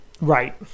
Right